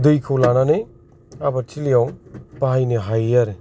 दैखौ लानानै आबादथिलियाव बाहायनो हायो आरो